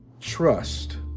trust